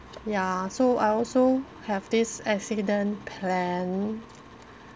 ya so I also have this accident plan